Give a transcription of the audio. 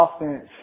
offense